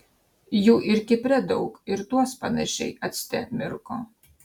jų ir kipre daug ir tuos panašiai acte mirko